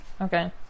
Okay